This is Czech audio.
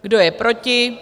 Kdo je proti?